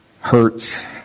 hurts